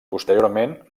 posteriorment